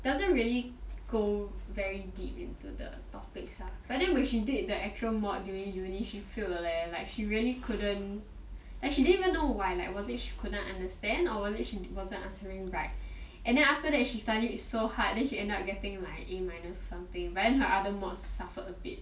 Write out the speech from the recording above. doesn't really go very deep into the topics lah but then when she did the actual mod during uni she failed leh like she really couldn't like she didn't even really know why like was it she couldn't understand or is it because she wasn't answering right and then after that she studied so hard then she end up getting like A minus or something but then her other mods suffered a bit